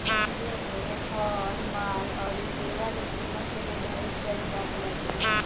इमे हर माल अउरी सेवा के किमत के निर्धारित कईल जात बाटे